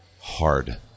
hard